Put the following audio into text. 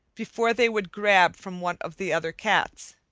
before they would grab from one of the other cats.